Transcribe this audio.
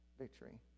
victory